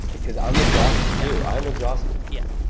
because i'm exhausted too. i'm exhausted. yeah.